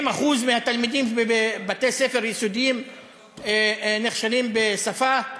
70% מהתלמידים בבתי-ספר יסודיים נכשלים בשפה,